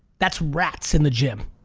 that's rats in the gym